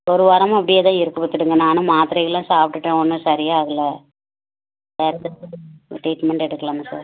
ஒரு வாரமாக அப்படியேதான் இருக்குது பாத்துக்குங்க நானும் மாத்திரைகள்லாம் சாப்பிட்டுட்டேன் ஒன்றும் சரியாகலை வேறு ஏதாச்சும் ட்ரீட்மெண்ட் எடுக்கலாமா சார்